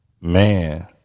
man